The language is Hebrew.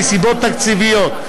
מסיבות תקציביות,